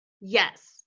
Yes